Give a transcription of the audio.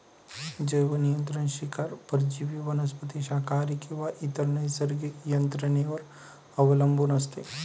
जैवनियंत्रण शिकार परजीवी वनस्पती शाकाहारी किंवा इतर नैसर्गिक यंत्रणेवर अवलंबून असते